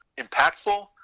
impactful